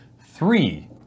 three